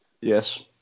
Yes